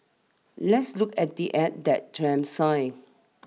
let's look at the act that Trump signed